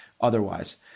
otherwise